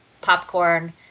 popcorn